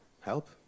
help